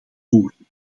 voeren